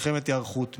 מלחמת היערכות.